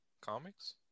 Comics